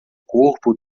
corpo